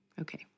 Okay